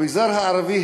במגזר הערבי,